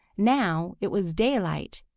now it was daylight,